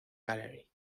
gallery